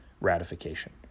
ratification